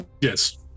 Yes